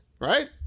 right